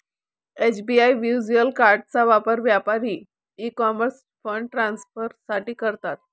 SBI virtual कार्डचा वापर व्यापारी ई कॉमर्स फंड ट्रान्सफर साठी करतात